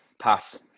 Pass